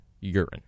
urine